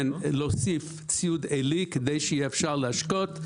להוסיף ציוד עיילי כדי שיהיה אפשר להשקות,